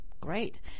Great